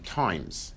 times